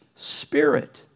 Spirit